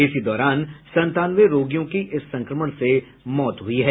इसी दौरान संतानवे रोगियों की इस संक्रमण से मौत हुई है